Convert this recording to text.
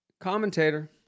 Commentator